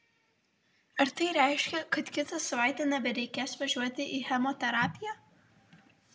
ar tai reiškia kad kitą savaitę nebereikės važiuoti į chemoterapiją